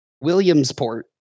Williamsport